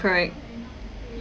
correct